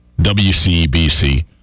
WCBC